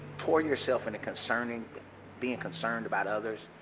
pour yourself in a concerning being concerned about others,